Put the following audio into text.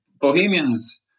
Bohemians